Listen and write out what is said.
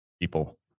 people